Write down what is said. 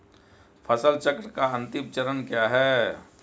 फसल चक्र का अंतिम चरण क्या है?